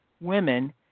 women